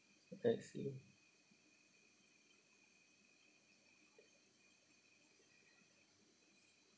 let's see